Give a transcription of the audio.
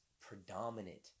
predominant